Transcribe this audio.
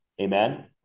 amen